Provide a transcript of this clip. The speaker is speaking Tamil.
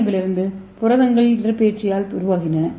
ஏவிலிருந்து புரதங்கள் இடப்பெயர்ச்சியால் உருவாகின்றன